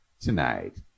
tonight